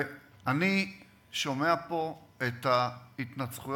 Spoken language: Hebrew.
אני שומע פה את ההתנצחויות,